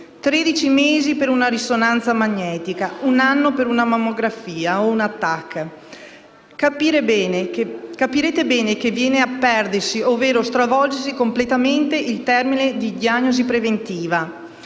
mesi per una risonanza magnetica; un anno per una mammografia o una TAC. Capirete bene che viene a perdersi, ovvero a stravolgersi completamente il termine di diagnosi preventiva.